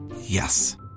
Yes